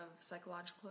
psychological